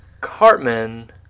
Cartman